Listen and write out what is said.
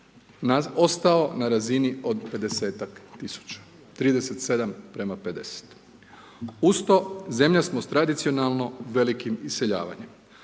ostao na razini od 50-ak tisuća, 37:50. Uz to zemlja smo sa tradicionalno velikim iseljavanjem